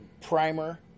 primer